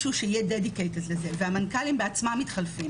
כשממשלה מתחלפת, והמנכ"לים כל הזמן מתחלפות